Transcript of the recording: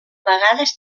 vegades